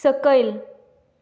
सकयल